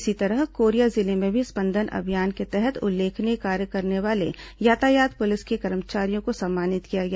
इसी तरह कोरिया जिले में भी स्पंदन अभियान के तहत उल्लेखनीय कार्य करने वाले यातायात पुलिस के कर्मचारियों को सम्मानित किया गया